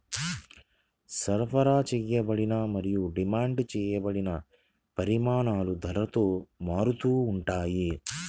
సరఫరా చేయబడిన మరియు డిమాండ్ చేయబడిన పరిమాణాలు ధరతో మారుతూ ఉంటాయి